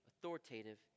authoritative